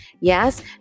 Yes